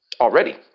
already